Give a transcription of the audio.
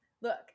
Look